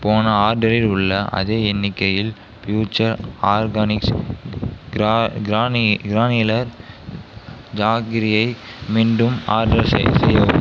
போன ஆர்டரில் உள்ள அதே எண்ணிக்கையில் ஃபுயூச்சர் ஆர்கானிக்ஸ் கிரானியிலர் ஜாகரியை மீண்டும் ஆர்டர் செய்யவும்